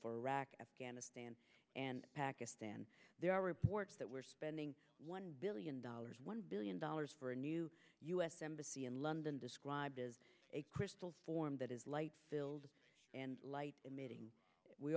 for iraq afghanistan and pakistan there are reports that we're spending one billion dollars one billion dollars for a new u s embassy in london described as crystals form that is light filled and light emitting we